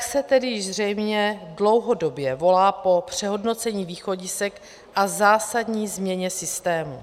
Praxe tedy již zřejmě dlouhodobě volá po přehodnocení východisek a zásadní změně systému.